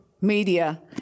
media